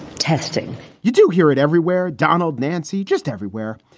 testing you do hear it everywhere. donald, nancy. just everywhere.